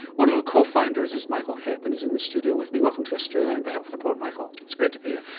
one of the cofounders is michael hebb, and he's in the studio with me. welcome to australia and the health report michael. it's great to be here.